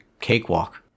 cakewalk